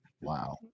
Wow